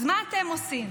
אז מה אתם עושים?